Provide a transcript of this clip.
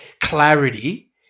clarity